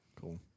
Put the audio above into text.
Cool